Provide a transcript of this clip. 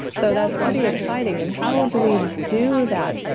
so that's pretty exciting and how do we do that?